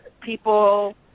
people